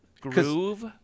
Groove